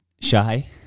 shy